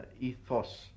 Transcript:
ethos